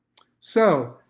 so,